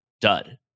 dud